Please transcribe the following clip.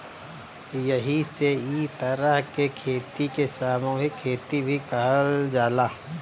एही से इ तरह के खेती के सामूहिक खेती भी कहल जाला